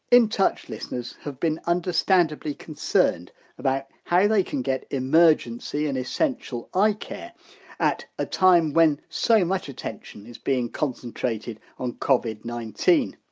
in touch listeners have been understandably concerned about how they can get emergency and essential eye care at a time when so much attention is being concentrated on covid nineteen.